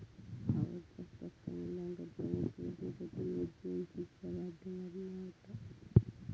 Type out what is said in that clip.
आवडत्या स्टॉकचा मुल्यांकन प्रमुख क्रेडीट रेटींग एजेंसीच्या माध्यमातना होता